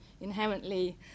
inherently